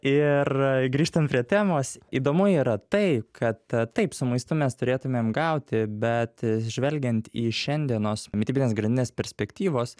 ir grįžtant prie temos įdomu yra tai kad taip su maistu mes turėtumėm gauti bet žvelgiant į šiandienos mitybinės grandinės perspektyvos